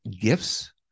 gifts